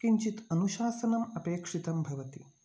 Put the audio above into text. किञ्चित् अनुशासनम् अपेक्षितं भवति